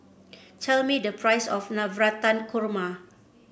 tell me the price of Navratan Korma